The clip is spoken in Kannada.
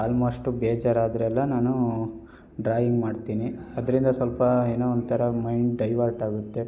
ಆಲ್ಮೋಸ್ಟು ಬೇಜಾರಾದರೆಲ್ಲ ನಾನೂ ಡ್ರಾಯಿಂಗ್ ಮಾಡ್ತೀನಿ ಅದರಿಂದ ಸ್ವಲ್ಪ ಏನೋ ಒಂಥರ ಮೈಂಡ್ ಡೈವರ್ಟ್ ಆಗುತ್ತೆ